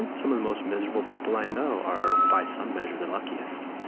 and some of the most miserable people i know are by some measure the luckiest.